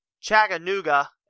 Chattanooga